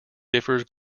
differs